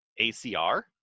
acr